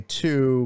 two